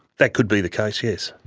that could be the case, yes.